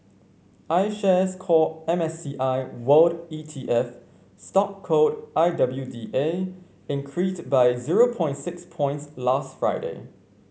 IShares Core M S C I World E T F stock code I W D A increased by zero points six points last Friday